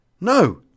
No